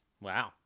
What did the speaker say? wow